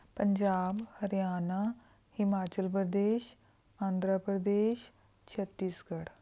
Punjab Haryana Himachal Pradesh Andhra Pradesh Chhattisgarh